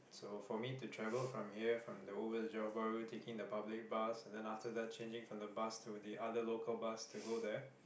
so for me to travel from here from over to Johor-Bahru taking the public bus and then after that changing from the bus to the other local bus to go there